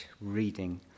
reading